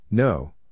No